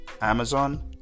Amazon